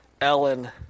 Ellen